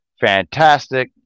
fantastic